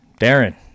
Darren